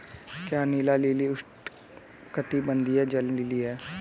क्या नीला लिली उष्णकटिबंधीय जल लिली है?